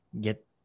get